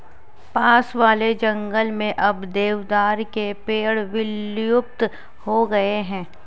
पास वाले जंगल में अब देवदार के पेड़ विलुप्त हो गए हैं